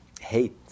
hate